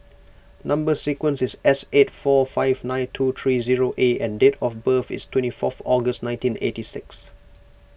Number Sequence is S eight four five nine two three zero A and date of birth is twenty four August nineteen eighty six